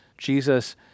Jesus